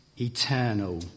eternal